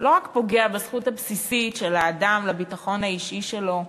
לא רק פוגע בזכות הבסיסית של האדם לביטחון האישי שלו,